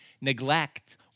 neglect